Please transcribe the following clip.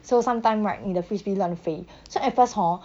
so sometime right 你的 frisbee 乱飞 so at first hor